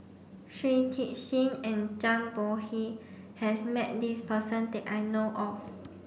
Shui Tit Sing and Zhang Bohe has met this person that I know of